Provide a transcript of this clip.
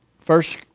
first